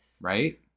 Right